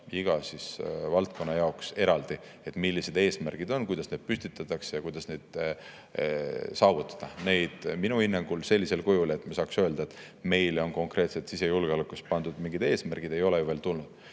iga valdkonna jaoks eraldi ettepanekud, et millised eesmärgid on, kuidas need püstitatakse ja kuidas neid saavutada. Minu hinnangul neid sellisel kujul, et me saaksime öelda, et meile on konkreetselt sisejulgeolekus pandud mingid eesmärgid, ei ole ju veel tulnud.